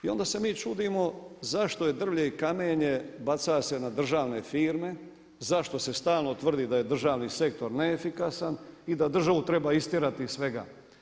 I onda se mi čudimo zašto je drvlje i kamenje baca se na državne firme, zašto se stalno tvrdi da je državni sektor neefikasan i da državu treba istjerati iz svega.